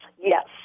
Yes